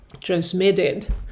transmitted